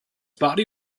body